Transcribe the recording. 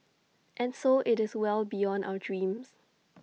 and so IT is well beyond our dreams